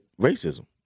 racism